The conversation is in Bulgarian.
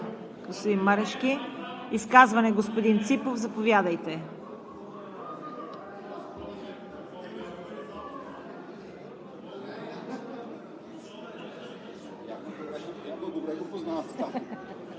Марешки. Изказване – господин Ципов, заповядайте.